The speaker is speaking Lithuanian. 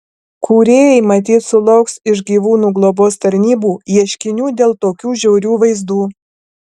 kūrėjai matyt sulauks iš gyvūnų globos tarnybų ieškinių dėl tokių žiaurių vaizdų